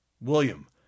William